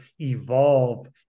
evolve